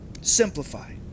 Simplify